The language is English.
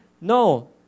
No